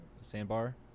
sandbar